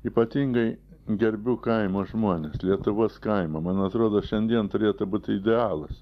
ypatingai gerbiu kaimo žmones lietuvos kaimą man atrodo šiandien turėtų būti idealas